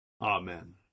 amen